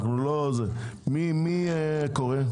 מי קורא?